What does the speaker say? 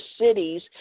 cities